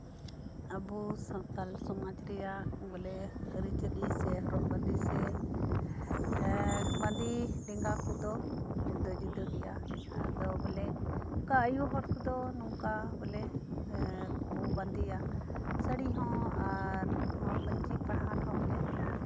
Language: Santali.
ᱟᱵᱚ ᱥᱟᱱᱛᱟᱞ ᱥᱚᱢᱟᱡᱽ ᱨᱮᱭᱟᱜ ᱵᱚᱞᱮ ᱟᱨᱤᱪᱟᱞᱤ ᱥᱮ ᱦᱚᱨᱚᱜ ᱵᱟᱸᱫᱮ ᱥᱮ ᱮᱸᱜ ᱵᱟᱸᱫᱮ ᱰᱮᱸᱜᱟ ᱠᱚᱫᱚ ᱡᱩᱫᱟᱹ ᱡᱩᱫᱟᱹ ᱜᱮᱭᱟ ᱱᱚᱝᱠᱟ ᱟᱭᱳ ᱦᱚᱲ ᱠᱚᱫᱚ ᱱᱚᱝᱠᱟ ᱵᱚᱞᱮ ᱠᱚ ᱵᱟᱸᱫᱮᱭᱟ ᱥᱟᱲᱤ ᱦᱚᱸ ᱟᱨᱦᱚᱸ ᱱᱚᱶᱟ ᱯᱟᱧᱪᱤ ᱯᱟᱨᱦᱟᱲ ᱦᱚᱸ ᱵᱚᱞᱮ